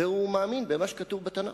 והוא האמין במה שכתוב בתנ"ך.